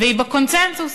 והיא בקונסנזוס.